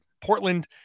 Portland